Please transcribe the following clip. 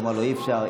והוא אמר לו: אי-אפשר.